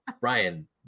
Ryan